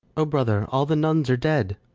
o brother, all the nuns are dead!